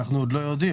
אנו עוד לא יודעים.